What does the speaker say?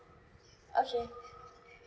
okay